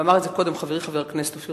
ואמר את זה קודם חברי חבר הכנסת אופיר